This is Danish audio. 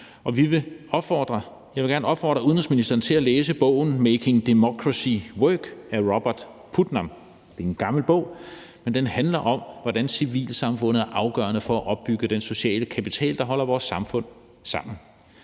jeg vil gerne opfordre udenrigsministeren til at læse bogen »Making Democracy Work« af Robert Putnam. Det er en gammel bog, men den handler om, hvordan civilsamfundet er afgørende for at opbygge den sociale kapital, der holder vores samfund sammen.